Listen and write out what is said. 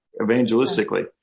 evangelistically